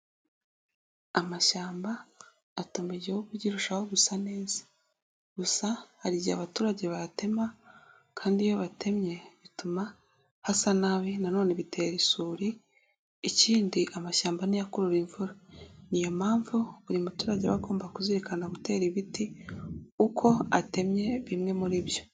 Amashyamba atuma igihugu kirushaho gusa neza, gusa hari igihe abaturage bayatema kandi iyo batemye, bituma hasa nabi nanone bitera isuri, ikindi amashyamba niyo akurura imvura, ni iyo mpamvu buri muturage aba agomba kuzirikana gutera ibiti, uko atemye bimwe muri byo.